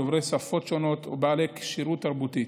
דוברי שפות ובעלי כשירות תרבותית,